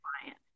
client